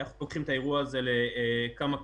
אנחנו פותחים את האירוע הזה לכמה כיוונים: